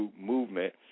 movement